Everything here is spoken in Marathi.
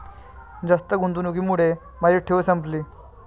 जास्त गुंतवणुकीमुळे माझी ठेव संपली